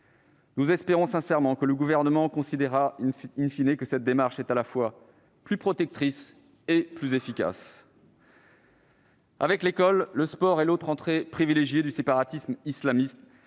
Nous espérons que le Gouvernement considérera que cette démarche est à la fois plus protectrice et plus efficace. Avec l'école, le sport est l'autre entrée privilégiée du séparatisme islamiste,